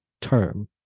term